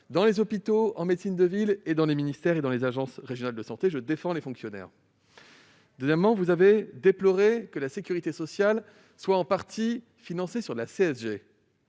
Dans les hôpitaux, en médecine de ville, dans les ministères et dans les agences régionales de santé, je défends les fonctionnaires ! Par ailleurs, vous avez déploré que la sécurité sociale soit en partie financée par la CSG.